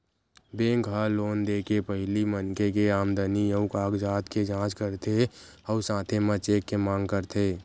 bank ह loan दे के पहिली मनखे के आमदनी अउ कागजात के जाँच करथे अउ साथे म चेक के मांग करथे